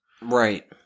right